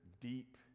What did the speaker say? deep